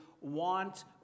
want